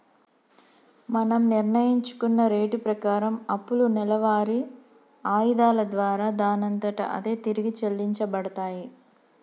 మనం నిర్ణయించుకున్న రేటు ప్రకారం అప్పులు నెలవారి ఆయిధాల దారా దానంతట అదే తిరిగి చెల్లించబడతాయి